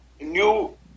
new